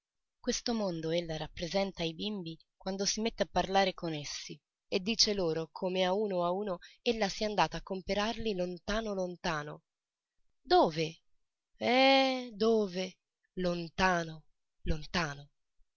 questo mondo ella rappresenta ai bimbi quando si mette a parlare con essi e dice loro come a uno a uno ella sia andata a comperarli lontano lontano dove eh dove lontano lontano